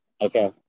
Okay